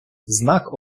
знак